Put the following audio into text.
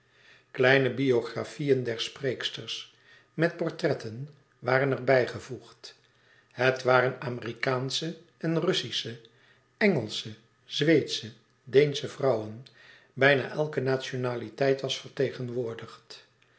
kleine biografieën der spreeksters met portretten waren er bijgevoegd het waren amerikaansche en russische engelsche zweedsche deensche vrouwen bijna elke nationaliteit was vertegenwoordigd